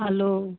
hello